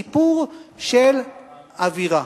סיפור של אווירה.